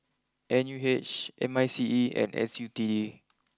N U H M I C E and S U T D